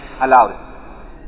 allowed